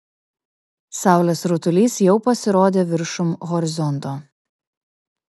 saulės rutulys jau pasirodė viršum horizonto